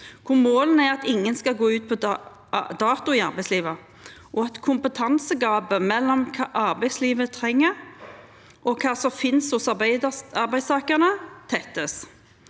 hvor målene er at ingen skal gå ut på dato i arbeidslivet, og at kompetansegapet mellom hva arbeidslivet trenger og hva som finnes hos arbeidstakerne, tettes.